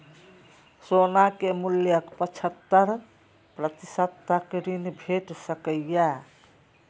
सोना के मूल्यक पचहत्तर प्रतिशत तक ऋण भेट सकैए